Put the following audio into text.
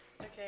Okay